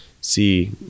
see